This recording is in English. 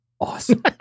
awesome